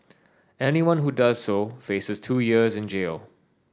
anyone who does so faces two years in jail